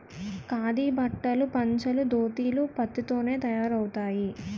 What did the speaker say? ఖాదీ బట్టలు పంచలు దోతీలు పత్తి తోనే తయారవుతాయి